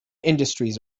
industries